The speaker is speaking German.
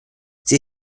sie